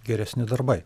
geresni darbai